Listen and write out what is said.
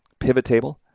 pivot table,